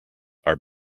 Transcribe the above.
are